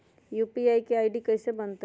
UPI के ID कैसे बनतई?